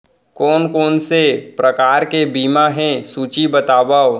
कोन कोन से प्रकार के बीमा हे सूची बतावव?